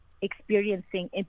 experiencing